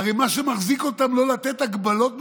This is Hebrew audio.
הרי מה שמחזיק אותם לא לתת הגבלות מסוימות,